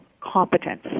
competence